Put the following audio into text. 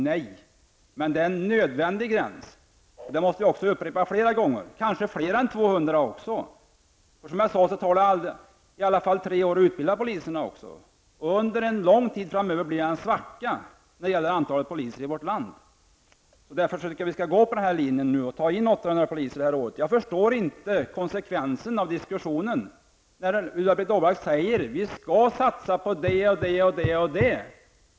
Nej, men det är en nödvändig gräns. Det måste upprepas flera gånger. Det är kanske fler än 200. Det tar ju tre år att utbilda poliserna. Under en lång tid framöver kommer det att vara en svacka när det gäller antalet poliser i vårt land. Därför tycker jag att 800 poliser skall antas under året. Jag förstår inte konsekvensen av diskussionen när Ulla-Britt Åbark säger att vi skall satsa på det och det.